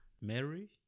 Mary